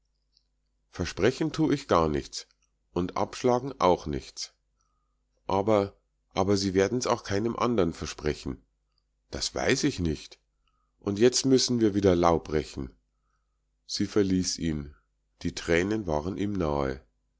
versprechen tu ich gar nichts und abschlagen auch nichts aber aber sie werden's auch keinem andern versprechen das weiß ich nicht und jetzt müssen wir wieder laub rechen sie verließ ihn die tränen waren ihm nahe